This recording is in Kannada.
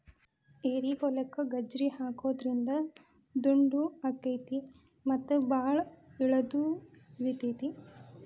ಏರಿಹೊಲಕ್ಕ ಗಜ್ರಿ ಹಾಕುದ್ರಿಂದ ದುಂಡು ಅಕೈತಿ ಮತ್ತ ಬಾಳ ಇಳದು ಇಳಿತೈತಿ